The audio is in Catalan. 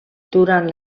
durant